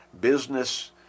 business